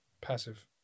Passive